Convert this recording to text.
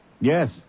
Yes